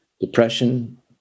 depression